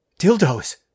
Dildos